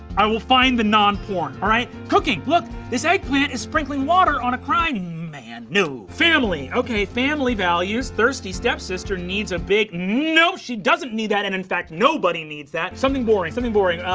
i will find the non-porn, alright? cooking! look, this eggplant is sprinkling water on a crying man no! family, okay, family values. thirsty stepsister needs a big. no, she doesn't need that. and in fact, nobody needs that. something boring, something boring, ah.